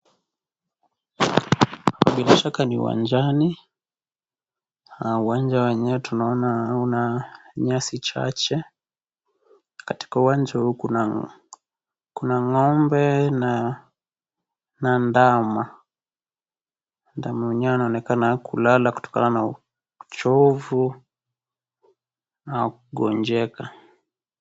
Bila shaka ni uwanjani ,uwanja wenyewe tunaona una nyasi chache, katika uwanja huu kuna kuna ng'ombe na na ndama, ndama mwenyewe anaonekana kulala kutokana na uchovu au kugonjeka.